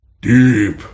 deep